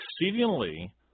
exceedingly